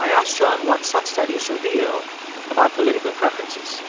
i asked john what such studies reveal about political preferences